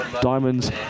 Diamonds